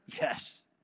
yes